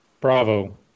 Bravo